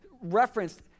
referenced